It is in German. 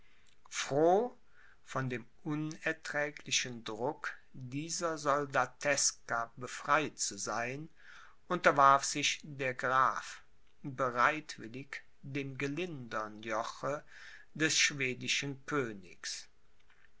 von dem unerträglichen druck dieser soldateska befreit zu sein unterwarf sich der graf bereitwillig dem gelindern joche des schwedischen königs